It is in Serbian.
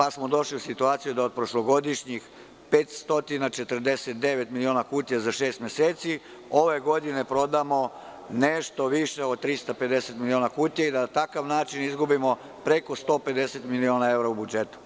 Onda smo došli u situaciju da od prošlogodišnjih 549 miliona kutija za šest meseci, ove godine prodamo nešto više od 350 miliona kutija i da na takav način izgubimo preko 150 miliona eura u budžetu.